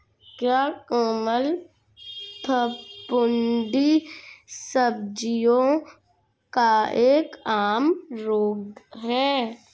क्या कोमल फफूंदी सब्जियों का एक आम रोग है?